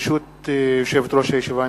ברשות יושבת-ראש הישיבה,